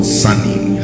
sunny